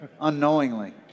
unknowingly